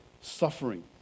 Suffering